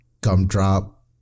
gumdrop